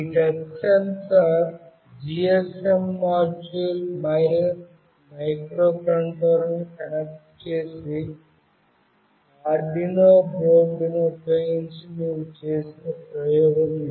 ఈ touch sensor GSM module మరియు మైక్రోకంట్రోలర్ను కనెక్ట్ చేసే ఆర్డునో బోర్డ్ను ఉపయోగించి మేము చేసిన ప్రయోగం ఇది